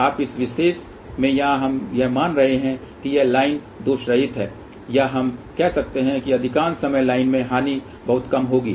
अब इस विशेष में यहाँ हम यह मान रहे हैं कि यह लाइन दोषरहित है या हम कह सकते हैं कि अधिकांश समय लाइन में हानि बहुत कम होगी